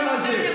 הזאת.